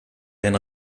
den